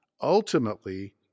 ultimately